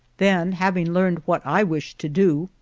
then having learned what i wished to do,